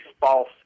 false